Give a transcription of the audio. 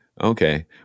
Okay